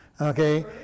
Okay